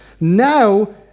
now